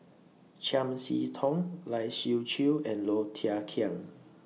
Chiam See Tong Lai Siu Chiu and Low Thia Khiang